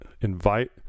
Invite